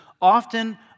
often